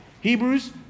Hebrews